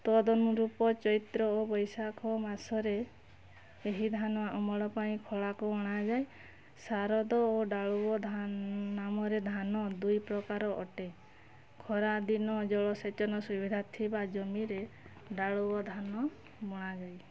ତଦନ ରୂପ ଚୈତ୍ର ଓ ବୈଶାଖ ମାସରେ ଏହି ଧାନ ଅମଳ ପାଇଁ ଖଳାକୁ ଅଣାଯାଏ ଶାରଦ ଓ ଡାଳୁଅ ଧା ନାମରେ ଧାନ ଦୁଇପ୍ରକାର ଅଟେ ଖରାଦିନ ଜଳସେଚନ ସୁବିଧା ଥିବା ଜମିରେ ଡାଳୁଅ ଧାନ ବୁଣାଯାଏ